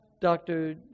Dr